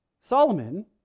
Solomon